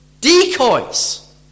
decoys